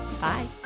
Bye